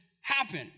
happen